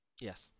Yes